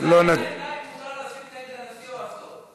אין לה עמדה אם מותר להסית נגד הנשיא או אסור?